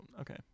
okay